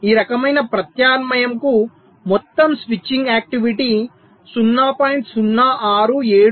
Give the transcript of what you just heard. ఈ రకమైన ప్రత్యామ్నాయం కు మొత్తం స్విచ్చింగ్ ఆక్టివిటీ 0